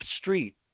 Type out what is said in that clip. street